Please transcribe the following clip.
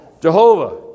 Jehovah